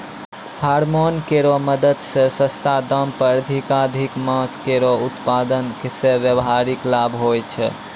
hormone केरो मदद सें सस्ता दाम पर अधिकाधिक मांस केरो उत्पादन सें व्यापारिक लाभ होय छै